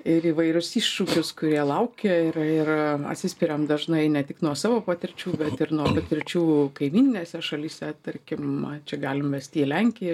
ir įvairius iššūkius kurie laukia ir ir atsispiriam dažnai ne tik nuo savo patirčių bet ir nuo patirčių kaimyninėse šalyse tarkim na čia galim estiją lenkiją